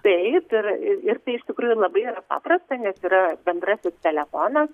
taip ir ir tai iš tikrųjų yra labai paprasta nes yra bendrasis telefonas